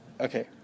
Okay